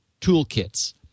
toolkits